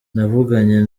navuganye